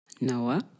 Noah